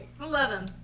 Eleven